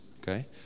Okay